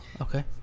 okay